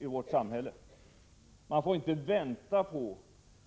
Man får inte enbart vänta på